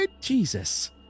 Jesus